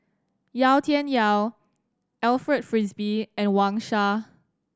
Yau Tian Yau Alfred Frisby and Wang Sha